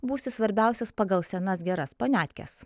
būsi svarbiausias pagal senas geras paniatkes